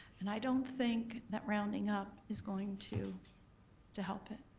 and i don't think that rounding up is going to to help it.